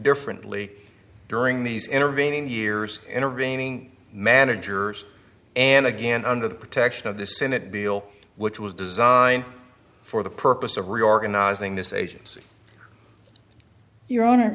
differently during these intervening years intervening manager and again under the protection of the senate bill which was designed for the purpose of reorganizing this agency your own or